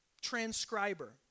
transcriber